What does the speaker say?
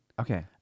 Okay